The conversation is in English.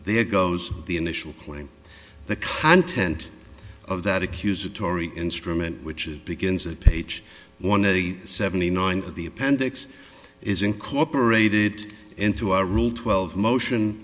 there goes the initial point the content of that accusatory instrument which it begins at page one hundred seventy nine of the appendix is incorporated into our rule twelve motion